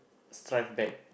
strive back